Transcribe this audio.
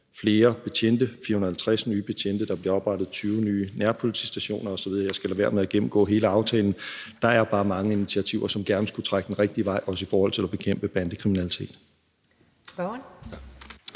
flere betjente, 450 nye betjente, der bliver oprettet 20 nye nærpolitistationer, osv. Jeg skal lade være med at gennemgå hele aftalen, men der er bare mange initiativer, som gerne skulle trække den rigtige vej, også i forhold til at bekæmpe bandekriminalitet.